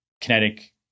kinetic